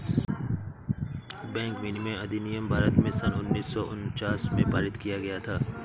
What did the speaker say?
bank विनियमन अधिनियम भारत में सन उन्नीस सौ उनचास में पारित किया गया था